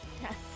Yes